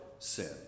sin